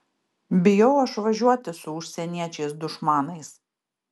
bijau aš važiuoti su užsieniečiais dušmanais